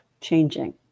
changing